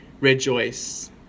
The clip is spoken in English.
Rejoice